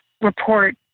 report